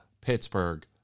Pittsburgh